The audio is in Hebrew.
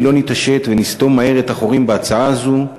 אם לא נתעשת ונסתום מהר את החורים בהצעה הזאת,